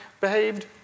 behaved